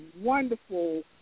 wonderful